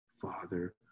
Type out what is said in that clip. father